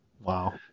Wow